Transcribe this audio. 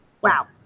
Wow